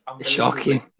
Shocking